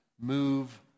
Move